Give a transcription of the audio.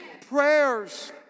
Prayers